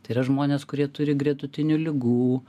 tai yra žmonės kurie turi gretutinių ligų